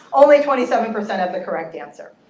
only twenty seven percent had the correct answer.